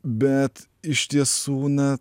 bet iš tiesų na